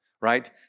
right